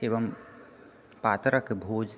एवम पात्रक भोज